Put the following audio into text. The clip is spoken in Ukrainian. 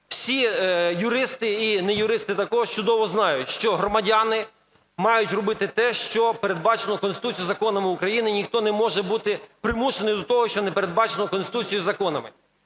Всі юристи і неюристи також чудово знають, що громадяни мають робити те, що передбачено в Конституції, законами України і ніхто не може бути примушений до того, що не передбачено в Конституції і законами.